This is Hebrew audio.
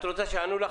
את צודקת.